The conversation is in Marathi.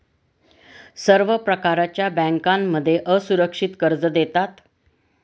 सर्व प्रकारच्या बँकांमध्ये असुरक्षित कर्ज देतात